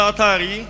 Atari